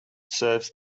serves